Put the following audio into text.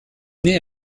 née